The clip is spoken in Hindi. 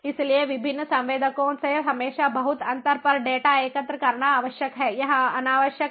इसलिए विभिन्न संवेदकों से हमेशा बहुत अंतर पर डेटा एकत्र करना अनावश्यक है